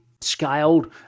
scaled